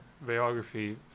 biography